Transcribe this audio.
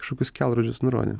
kažkokius kelrodžius nurodė